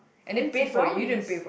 it's brownies